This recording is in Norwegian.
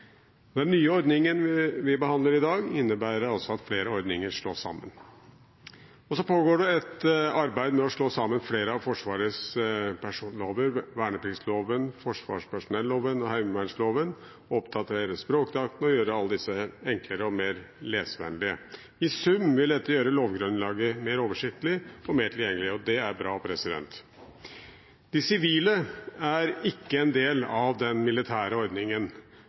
Den nye ordningen vi behandler i dag, innebærer at flere ordninger slås sammen. Det pågår også et arbeid med å slå sammen flere av Forsvarets personellover: vernepliktsloven, forsvarspersonelloven og heimevernloven. En skal oppdatere språkdrakten og gjøre alle disse enklere og mer leservennlige. I sum vil dette gjøre lovgrunnlaget mer oversiktlig og mer tilgjengelig, og det er bra. De sivile er ikke en del av den militære ordningen,